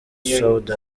saudi